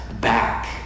back